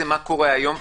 מה קורה היום,